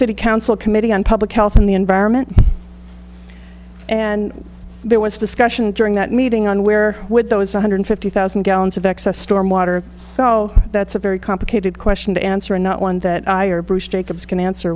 city council committee on public health and the environment and there was discussion during that meeting on where with those one hundred fifty thousand gallons of excess stormwater well that's a very complicated question to answer and not one that i or bruce jacobs can answer